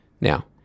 Now